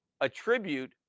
attribute